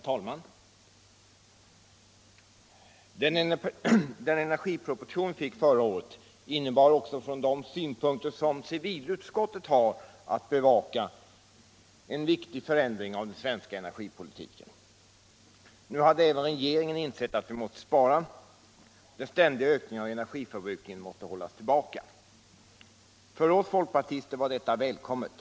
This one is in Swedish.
Herr talman! Den energiproposition vi fick förra året innebar också från de synpunkter som civilutskottet har att bevaka en viktig förändring av den svenska energipolitiken. Nu hade även regeringen insett att vi måste spara. Den ständiga ökningen av energiförbrukningen måste hållas tillbaka. För oss folkpartister var detta välkommet.